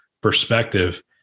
perspective